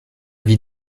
vie